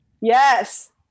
Yes